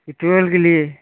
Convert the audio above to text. petrol के लिए